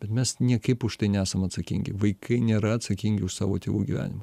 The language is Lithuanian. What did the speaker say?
bet mes niekaip už tai nesam atsakingi vaikai nėra atsakingi už savo tėvų gyvenimą